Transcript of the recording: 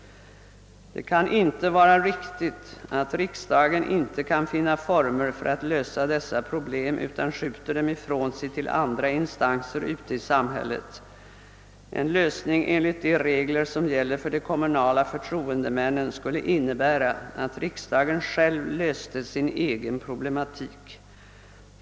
Det kan inte vara riktigt att riksdagen inte kan finna former för att lösa dessa problem utan skjuter dem ifrån sig till andra instanser i samhället. En lösning enligt de regler som gäller för de kommunala förtroendemännen skulle innebära att riksdagen själv löste sin egen problematik.